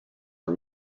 are